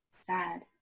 sad